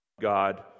God